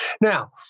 Now